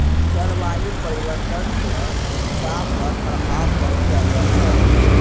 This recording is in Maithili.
जलवायु परिवर्तन से उपजा पर प्रभाव पड़ी रहलो छै